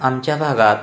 आमच्या भागात